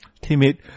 timid